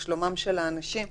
את שלומים של האנשים וכד'.